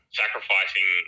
sacrificing